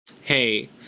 hey